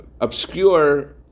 obscure